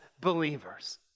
believers